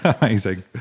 amazing